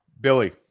Billy